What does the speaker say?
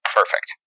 perfect